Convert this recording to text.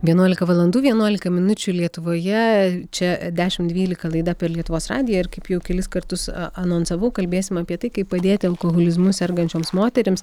vienuolika valandų vienuolika minučių lietuvoje čia dešimt dvylika laida per lietuvos radiją ir kaip jau kelis kartus anonsavau kalbėsim apie tai kaip padėti alkoholizmu sergančioms moterims